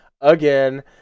again